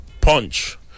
punch